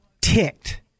ticked